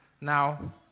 Now